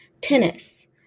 Tennis